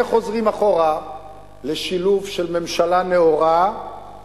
איך חוזרים אחורה לשילוב של ממשלה נאורה,